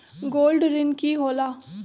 Gold ऋण की होला?